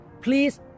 please